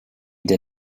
did